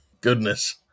Goodness